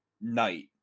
night